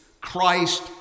Christ